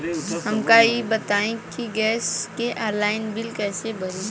हमका ई बताई कि गैस के ऑनलाइन बिल कइसे भरी?